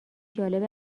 جالب